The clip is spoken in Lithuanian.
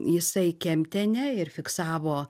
jisai kemptene ir fiksavo